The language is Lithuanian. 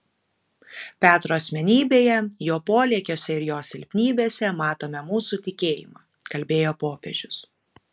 petro asmenybėje jo polėkiuose ir jo silpnybėse matome mūsų tikėjimą kalbėjo popiežius